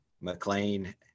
McLean